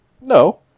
No